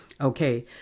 Okay